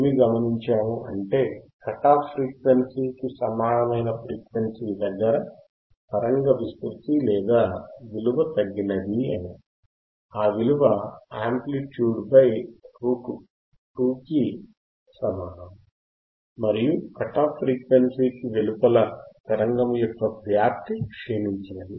ఏమి గమనించాము అంటే కట్ అఫ్ ఫ్రీక్వెన్సీ కి సమానమైన ఫ్రీక్వెన్సీ దగ్గర తరంగ విస్తృతి లేదా విలువ తగ్గినది అని ఆ విలువ అమ్ప్లిత్యుడ్ బై రూట్ 2 కి సమానము మరియు కట్ అఫ్ ఫ్రీక్వెన్సీకి వెలుపల తరంగము యొక్క వ్యాప్తి క్షీణించినది